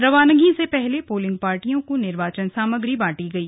रवानगी से पहले पोलिंग पार्टियों को निर्वाचन सामग्री बांटी गई